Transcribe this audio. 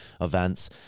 events